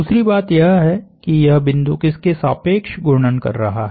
दूसरी बात यह है कि यह बिंदु किसके सापेक्ष घूर्णन कर रहा है